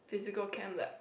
physical chem lab